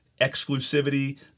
exclusivity